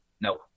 No